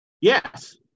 Yes